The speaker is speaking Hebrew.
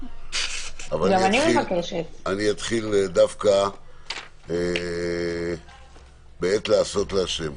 אפתח דווקא בעת לעשות להשם.